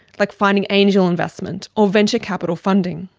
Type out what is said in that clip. like finding angel investment or venture capital funding.